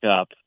up